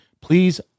please